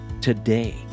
today